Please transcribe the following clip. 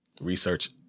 Research